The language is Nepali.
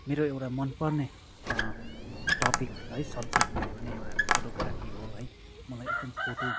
मेरो एउटा मनपर्ने टपिक है सब्जेक्ट भनेको नै एउटा फोटोग्राफी हो है मलाई एकदम फोटो